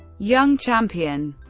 young champion